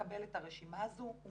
לא מתקבלות החלטות --- אגב,